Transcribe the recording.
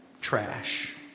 trash